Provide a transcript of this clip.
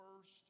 first